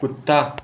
कुत्ता